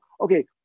okay